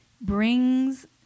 brings